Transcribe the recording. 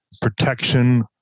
protection